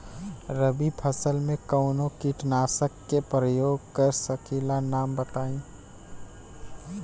रबी फसल में कवनो कीटनाशक के परयोग कर सकी ला नाम बताईं?